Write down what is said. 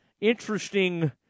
interesting